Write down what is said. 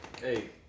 Hey